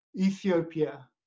Ethiopia